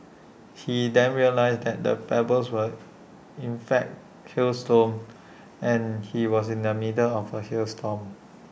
he then realised that the pebbles were in fact hailstones and he was in the middle of A hail storm